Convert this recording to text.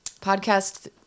Podcast